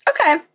Okay